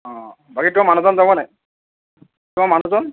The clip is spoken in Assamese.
অ' বাকী তোমাৰ মানুহজন যাব নে নাই তোমাৰ মানুহজন